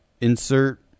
insert